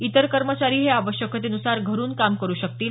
इतर कर्मचारी हे आवश्यकतेनुसार घरून काम करू शकतील